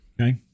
Okay